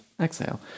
exhale